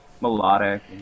melodic